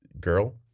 girl